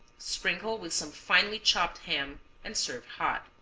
sprinkle with some finely chopped ham and serve hot.